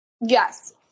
Yes